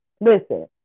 listen